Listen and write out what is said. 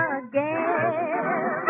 again